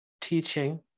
teaching